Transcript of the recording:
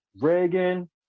Reagan